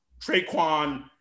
Traquan